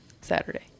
Saturday